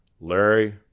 Larry